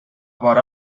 vora